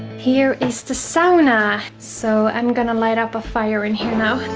here is the sauna so i'm gonna light up fire in here now